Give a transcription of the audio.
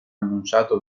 annunciato